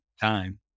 time